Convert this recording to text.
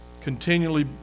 continually